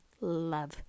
love